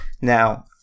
Now